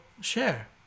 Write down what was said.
share